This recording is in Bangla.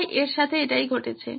তাই এর সাথে এটাই ঘটেছে